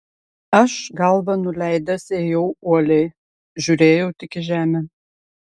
aš galvą nuleidęs ėjau uoliai žiūrėjau tik į žemę